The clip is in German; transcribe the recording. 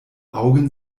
augen